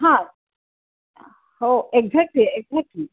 हा हो exactly exactly